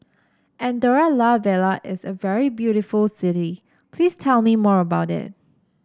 Andorra La Vella is a very beautiful city please tell me more about it